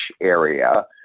area